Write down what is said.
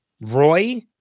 Roy